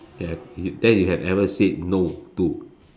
ya you that you have ever said no to